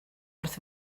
wrth